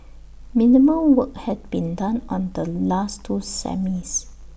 minimal work had been done on the last two semis